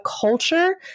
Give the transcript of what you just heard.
culture